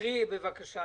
ינון אזולאי ביקש.